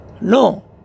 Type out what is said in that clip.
No